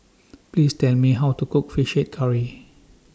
Please Tell Me How to Cook Fish Head Curry